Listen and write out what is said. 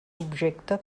objecte